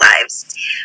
lives